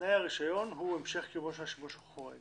שתנאי הרישיון הוא המשך של קיומו של השימוש החורג?